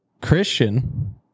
Christian